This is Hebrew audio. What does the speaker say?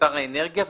ושר האנרגיה,